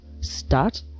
start